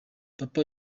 papa